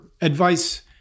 advice